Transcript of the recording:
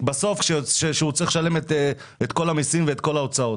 בסוף כשהוא צריך לשלם את כל המיסים ואת כל ההוצאות.